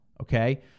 Okay